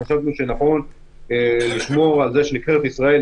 חשבנו שנכון לשמור על זה שנבחרת ישראל